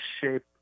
shape